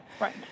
Right